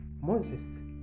Moses